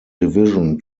division